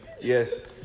Yes